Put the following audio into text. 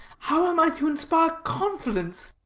how am i to inspire confidence?